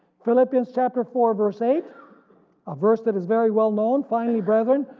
philippians chapter four verse eight a verse that is very well-known. finally, brethren,